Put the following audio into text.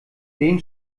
den